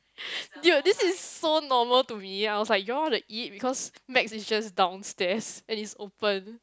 dude this is so normal to me I was like you all want to eat because Mac is just downstairs and it's open